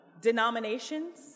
denominations